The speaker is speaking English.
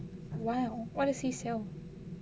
!wow! what does he sell